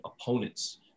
opponents